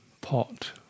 pot